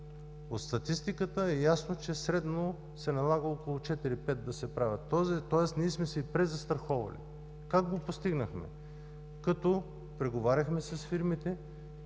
От статистиката е ясно, че средно се налага около 4-5 да се правят. Тоест ние сме се и презастраховали. Как го постигнахме? Като преговаряхме с фирмите,